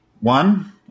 One